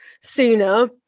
sooner